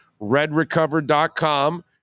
redrecover.com